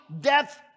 death